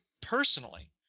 personally